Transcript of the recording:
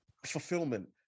fulfillment